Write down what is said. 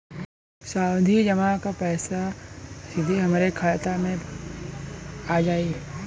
सावधि जमा क पैसा सीधे हमरे बचत खाता मे आ जाई?